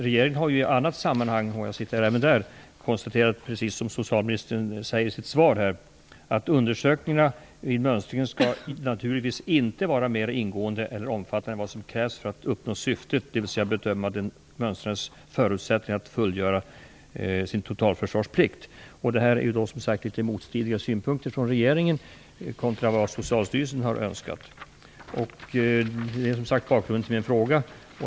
Regeringen har i annat sammanhang, i likhet med vad socialministern säger i sitt svar till mig, konstaterat följande: "Undersökningarna och den övriga utredningen skall naturligtvis inte vara mera ingående eller omfattande än vad som krävs för att uppnå syftet, d.v.s. att bedöma den totalförsvarspliktiges förutsättningar att fullgöra den tjänstgöring som kan komma ifråga." Regeringens och Socialstyrelsens synpunkter i det här avseendet är litet motstridiga, och det är bakgrunden till min fråga.